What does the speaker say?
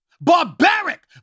barbaric